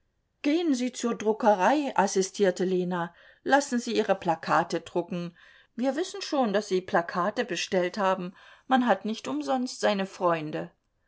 gehen sie nur zur druckerei assistierte lena lassen sie ihre plakate drucken wir wissen schon daß sie plakate bestellt haben man hat nicht umsonst seine freunde